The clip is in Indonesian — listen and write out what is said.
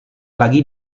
lagi